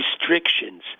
restrictions